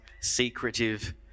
secretive